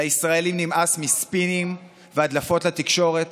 לישראלים נמאס מספינים והדלפות לתקשורת,